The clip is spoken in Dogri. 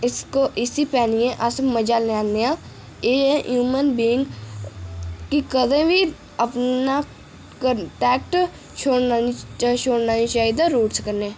इसी पहनिये अस मजा लैंन्ने आं एह् हयूमन बींग कदें बी अपना छोड़ना नेईं चाहिदा रुटस कन्नै